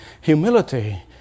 Humility